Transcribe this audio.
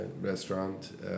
restaurant